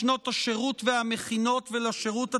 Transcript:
לשנות השירות והמכינות ולשירות הצבאי,